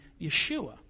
Yeshua